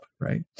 right